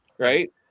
Right